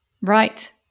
Right